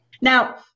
now